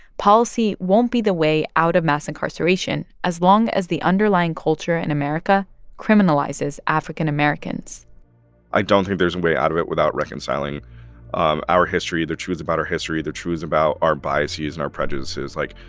policy won't be the way out of mass incarceration as long as the underlying culture in america criminalizes african americans i don't think there's way out of it without reconciling um our history, the truths about our history, the truths about our biases and our prejudices. like,